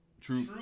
True